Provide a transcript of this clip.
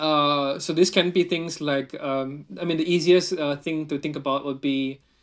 uh so this can be things like um I mean the easiest uh thing to think about would be